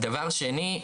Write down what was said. דבר שני,